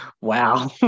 Wow